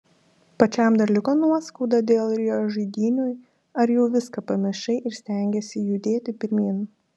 pačiam dar liko nuoskauda dėl rio žaidynių ar jau viską pamiršai ir stengiesi judėti pirmyn